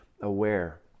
aware